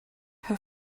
her